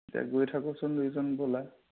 এতিয়া গৈ থাকোঁচোন দুয়োজন ব'লা